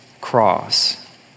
cross